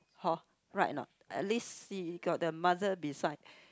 hor right or not at least he got the mother beside